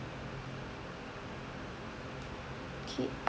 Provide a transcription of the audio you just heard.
okay